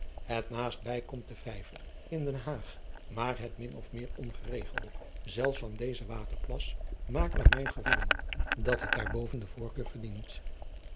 et naastbij komt de ijver in den aag maar het min of meer ongeregelde zelfs van dezen waterplas maakt naar mijn gevoelen dat het daar boven de voorkeur verdient